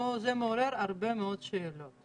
זה מעורר הרבה מאוד שאלות.